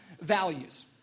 values